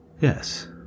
Yes